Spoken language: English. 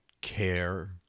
care